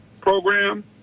program